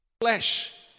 flesh